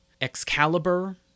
Excalibur